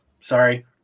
sorry